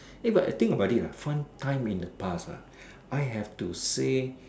eh but I think about it ah fun time in the past ah I have to say